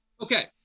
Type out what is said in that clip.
Okay